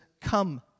Come